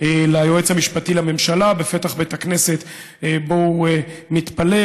ליועץ המשפטי לממשלה בפתח בית הכנסת שבו הוא מתפלל.